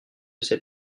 cet